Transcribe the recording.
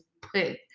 put